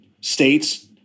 states